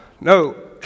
No